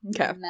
Okay